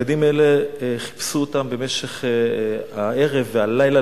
את הילדים האלה חיפשו במשך הערב והלילה,